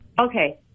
Okay